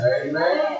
Amen